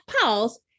pause